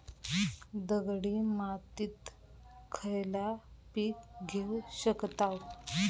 दगडी मातीत खयला पीक घेव शकताव?